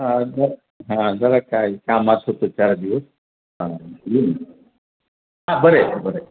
हां जर हां जरा काय कामात होतो चार दिवस हा येईन ना हा बरं आहे बरं आहे